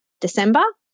December